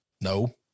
no